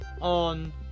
on